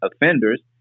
Offenders